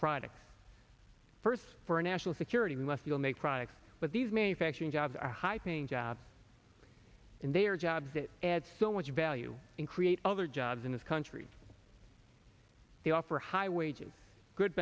products first for national security we must we'll make products but these manufacturing jobs are high paying jobs and they are jobs that add so much value and create other jobs in this country they offer high wages good